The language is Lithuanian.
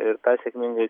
ir ką sėkmingai